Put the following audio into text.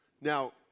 Now